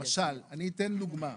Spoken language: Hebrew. למשל, אני אתן דוגמה.